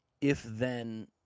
if-then